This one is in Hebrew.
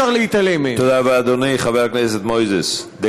שלי ז"ל היה 50 שנה מנהל האתר במירון,